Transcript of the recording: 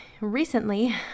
recently